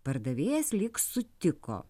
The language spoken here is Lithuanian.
pardavėjas lyg sutiko